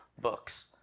books